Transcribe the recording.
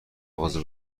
مغازه